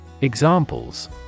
Examples